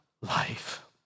life